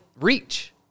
reach